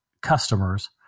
customers